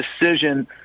decision